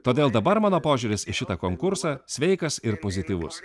todėl dabar mano požiūris į šitą konkursą sveikas ir pozityvus